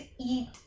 eat